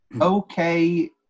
okay